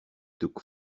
took